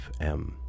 FM